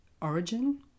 origin